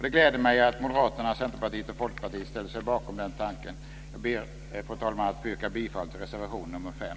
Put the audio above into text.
De gläder mig att Moderaterna, Centerpartiet och Folkpartiet ställer sig bakom den tanken. Jag ber, fru talman, att få yrka bifall till reservation 5.